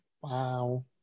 Wow